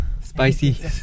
Spicy